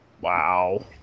Wow